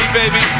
baby